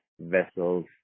vessels